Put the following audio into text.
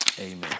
amen